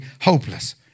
hopeless